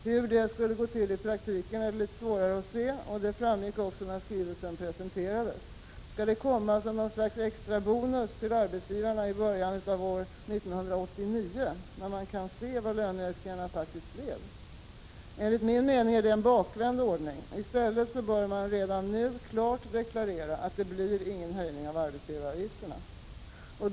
Hur detta skall gå till i praktiken är svårt att se, vilket också framgick när skrivelsen presenterades. Skall det komma som något slags extra bonus till arbetsgivarna i början av år 1989, när man kan se vad löneökningarna faktiskt blev? Enligt min mening är detta en bakvänd ordning. I stället bör regeringen redan nu klart deklarera att det inte blir någon höjning av arbetsgivaravgifterna.